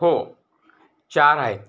हो चार आहेत